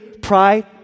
pride